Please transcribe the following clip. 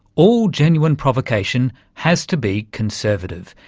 all genuine provocation has to be conservative,